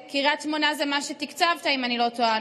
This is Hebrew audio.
קריית שמונה זה מה שתקצבת, אם אני לא טועה.